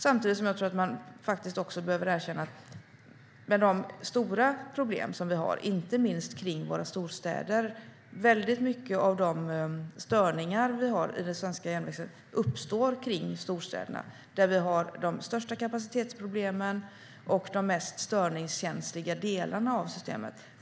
Samtidigt bör man erkänna att de stora problem som vi har med störningar i det svenska järnvägsnätet uppstår kring storstäderna, där vi har de största kapacitetsproblemen och de mest störningskänsliga delarna av systemet.